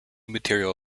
material